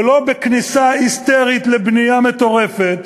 ולא בכניסה היסטרית לבנייה מטורפת,